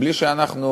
בלי שאנחנו